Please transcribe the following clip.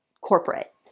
corporate